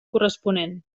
corresponent